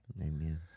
Amen